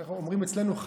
איך אומרים אצלנו?